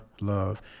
love